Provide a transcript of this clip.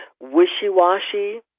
wishy-washy